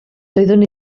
doeddwn